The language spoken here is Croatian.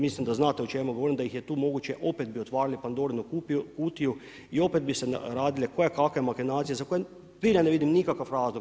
Mislim da znate o čemu govorim da ih je tu moguće opet bi otvarali Pandorinu kutiju i opet bi se radile koje kakve makinacije za koje zbilja ne vidim nikakav razlog.